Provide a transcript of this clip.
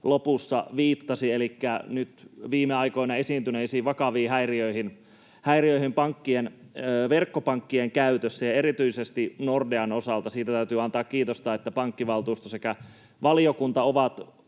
lopussa viittasi elikkä nyt viime aikoina esiintyneisiin vakaviin häiriöihin verkkopankkien käytössä ja erityisesti Nordean osalta. Siitä täytyy antaa kiitosta, että pankkivaltuusto sekä valiokunta ovat